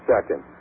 second